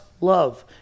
love